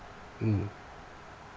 mm